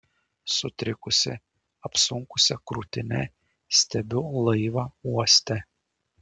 sutrikusi apsunkusia krūtine stebiu laivą uoste